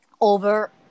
over